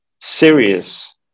serious